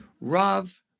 Rav